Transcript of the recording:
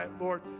Lord